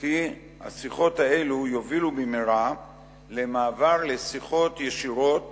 כי השיחות האלו יובילו במהרה למעבר לשיחות ישירות